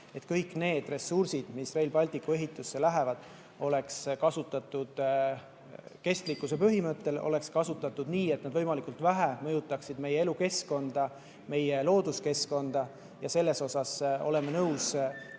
et kõik ressursid, mis Rail Balticu ehitusse lähevad, oleks kasutatud kestlikkuse põhimõttel, oleks kasutatud nii, et need võimalikult vähe mõjutaksid meie elukeskkonda, meie looduskeskkonda. Me oleme nõus